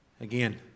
Again